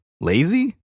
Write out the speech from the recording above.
Lazy